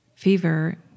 fever